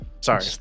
sorry